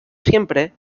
siempre